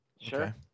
Sure